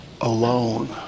alone